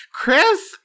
Chris